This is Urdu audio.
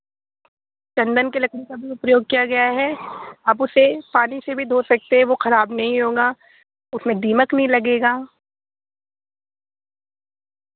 چندن کے لکڑی کا بھی اپیوگ کیا گیا ہے آپ اسے پانی سے بھی دھو سکتے ہیں وہ خراب نہیں ہوگا اس میں دیمک نہیں لگے گا